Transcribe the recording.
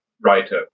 writer